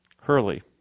Hurley